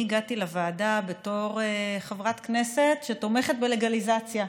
אני הגעתי לוועדה בתור חברת כנסת שתומכת בלגליזציה,